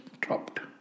dropped